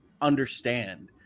understand